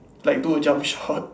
like do a jump shot